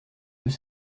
deux